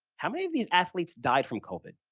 how many of these athletes died from covid?